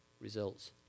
results